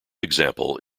example